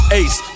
ace